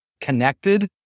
connected